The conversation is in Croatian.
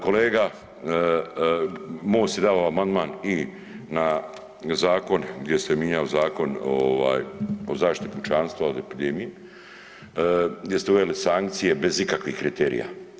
Kolega MOST je dao amandman i na zakon gdje ste mijenjali Zakon o zaštiti pučanstva od epidemije, gdje ste uveli sankcije bez ikakvih kriterija.